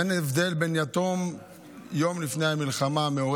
אין הבדל בין יתום יום לפני המלחמה מהורה